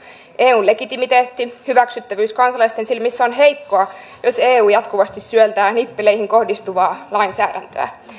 eun legitimiteetti hyväksyttävyys kansalaisten silmissä on heikkoa jos eu jatkuvasti suoltaa nippeleihin kohdistuvaa lainsäädäntöä